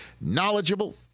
knowledgeable